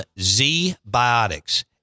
Z-Biotics